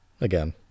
Again